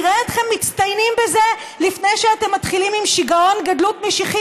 נראה אתכם מצטיינים בזה לפני שאתם מתחילים עם שיגעון גדלות משיחי